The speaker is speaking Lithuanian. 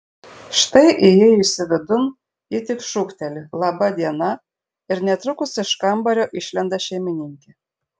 štai įėjusi vidun ji tik šūkteli laba diena ir netrukus iš kambario išlenda šeimininkė